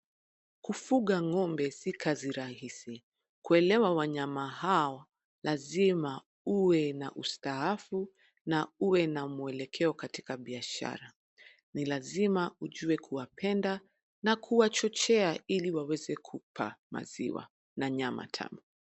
Kufuga ngo'mbe si kazi rahisi. Kuelewa wanyama hao, lazima uwe na ustaafu, na uwe na muelekeo katika biashara. Ni lazima ujue kuwapenda na kuwachochea ili waweze kupa maziwa na nyama tamu.